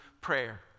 prayer